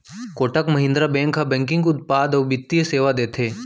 Kotak Mahindra bank ह banking उत्पाद अउ बित्तीय सेवा देथे